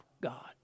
God